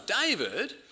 David